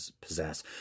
possess